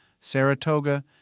Saratoga